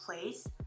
place